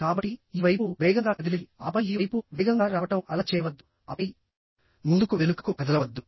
కాబట్టి ఈ వైపు వేగంగా కదిలిఆపై ఈ వైపు వేగంగా రావడం అలా చేయవద్దు ఆపై ముందుకు వెనుకకు కదలవద్దు